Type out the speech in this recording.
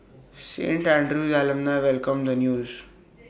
Saint Andrew's alumni welcomed the news